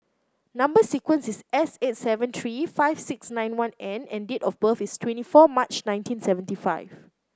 number sequence is S eight seven three five six nine one N and date of birth is twenty four March nineteen seventy five